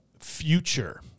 future